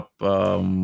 up